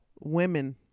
women